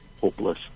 hopeless